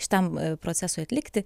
šitam procesui atlikti